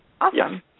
Awesome